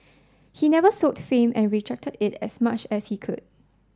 he never sought fame and rejected it as much as he could